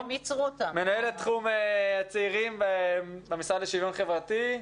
מנהלת תחום הצעירים במשרד לשוויון חברתי,